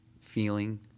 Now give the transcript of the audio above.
feeling